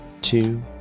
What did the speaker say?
two